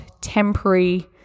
temporary